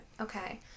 Okay